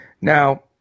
Now